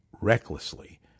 recklessly